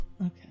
Okay